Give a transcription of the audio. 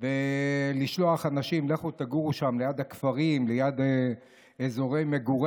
וכשהיא נמצאת בבית חולים אף אחד לא מגן